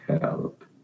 help